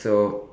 so